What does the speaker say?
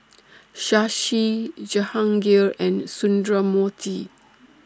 Shashi Jehangirr and Sundramoorthy